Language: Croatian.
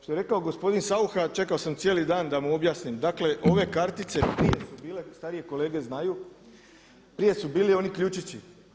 Što je rekao gospodin Saucha, čekao sam cijeli dan da mu objasnim, dakle ove kartice, prije su bile, starije kolege znaju, prije su bili oni ključići.